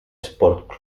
sport